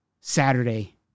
Saturday